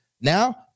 Now